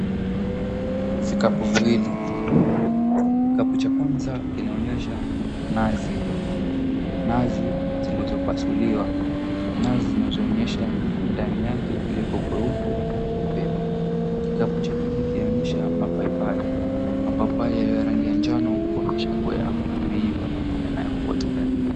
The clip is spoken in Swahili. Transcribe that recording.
Vikapu viwili. Kikapu cha kwanza kinaonyesha nazi, nazi zilizopasuliwa. Nazi zinazoonyesha ndani yake kuliko kweupe pepepe. Kikapu cha pili kinaonyesha mapaipai, mapapai yaliyo na rangi ya njano kuonyesha kuwa yameiva na kuwa tayari.